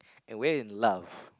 and we're in love